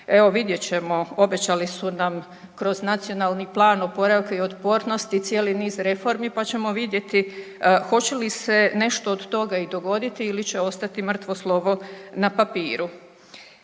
evo vidjet ćemo obećali su nam kroz NPOO cijeli niz reformi, pa ćemo vidjeti hoće li se nešto od toga i dogoditi ili će ostati mrtvo slovo na papiru.